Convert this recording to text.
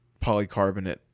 polycarbonate